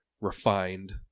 refined